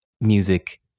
music